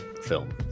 film